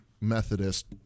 Methodist